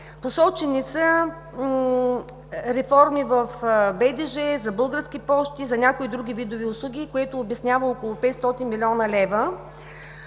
Посочени са реформи в БДЖ, за български пощи, за някои други видове услуги, което обяснява около 500 млн. лв.